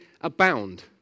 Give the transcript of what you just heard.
abound